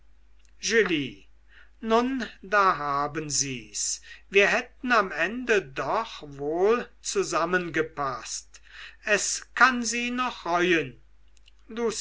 nun da haben sie's wir hätten am ende doch wohl zusammengepaßt es kann sie noch reuen